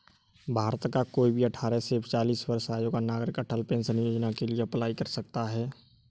भारत का कोई भी अठारह से चालीस वर्ष आयु का नागरिक अटल पेंशन योजना के लिए अप्लाई कर सकता है